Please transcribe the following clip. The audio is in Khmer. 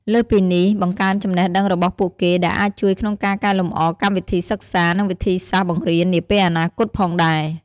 លើសពីនេះ បង្កើនចំណេះដឹងរបស់ពួកគេ ដែលអាចជួយក្នុងការកែលម្អកម្មវិធីសិក្សា និងវិធីសាស្រ្តបង្រៀននាពេលអនាគតផងដែរ។